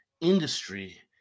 industry